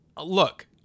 look